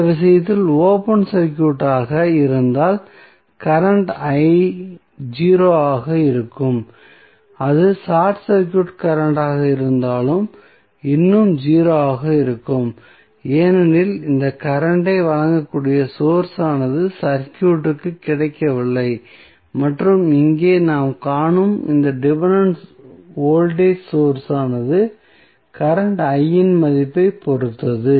இந்த விஷயத்தில் open circuited ஆக இருந்தால் கரண்ட் 0 ஆக இருக்கும் அது ஷார்ட் சர்க்யூட் கரண்ட்டாக இருந்தாலும் இன்னும் 0 ஆக இருக்கும் ஏனெனில் இந்த கரண்ட் ஐ வழங்கக்கூடிய சோர்ஸ் ஆனது சர்க்யூட்க்கு கிடைக்கவில்லை மற்றும் இங்கே நாம் காணும் இந்த டிபென்டென்ட் வோல்டேஜ் சோர்ஸ் ஆனது கரண்ட் இன் மதிப்பைப் பொறுத்தது